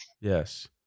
Yes